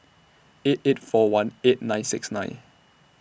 eight eight four one eight nine six nine